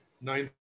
nine